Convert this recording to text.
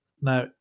Now